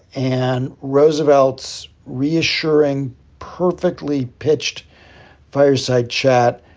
and roosevelt's reassuring, perfectly pitched fireside chat.